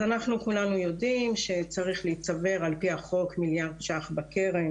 אז כולנו יודעים שצריך להצבר על פי החוק מיליארד ש"ח בקרן,